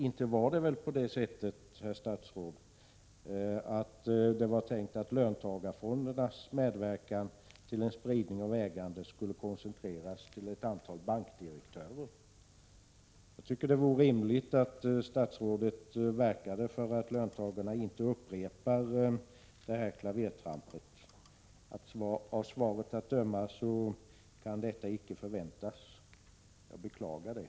Det var väl inte tanken, herr statsråd, att löntagarfondernas medverkan till en spridning av ägandet skulle koncentreras till ett antal bankdirektörer? Det vore rimligt att statsrådet verkade för att löntagarfonderna inte upprepade ett sådant här klavertramp. Av svaret att döma kan detta icke förväntas, och jag beklagar det.